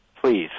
Please